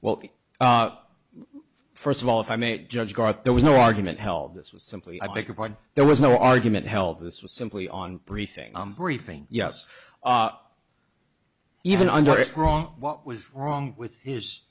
well first of all if i may judge garth there was no argument held this was simply i beg your pardon there was no argument held this was simply on briefing briefing yes even under if wrong what was wrong with his